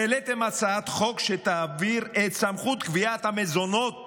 העליתם הצעת חוק שתעביר את סמכות קביעת המזונות